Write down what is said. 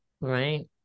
Right